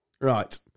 Right